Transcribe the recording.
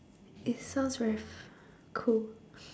it sounds very f~ cool